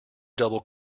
double